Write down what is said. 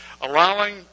Allowing